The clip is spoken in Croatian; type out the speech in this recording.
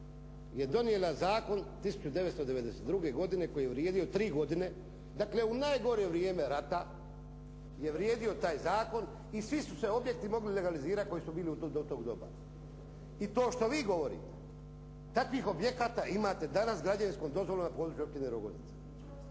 je donijela zakon 1992. koji je vrijedio tri godine, dakle u najgore vrijeme rata je vrijedio taj zakon i svi su se objekti mogli legalizirati koji su bili do tog doba. I to što vi govorite, takvih objekata imate danas s građevinskom dozvolom na području općine Rogoznica.